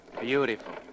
Beautiful